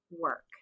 work